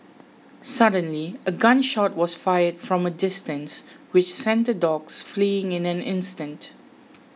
suddenly a gun shot was fired from a distance which sent the dogs fleeing in an instant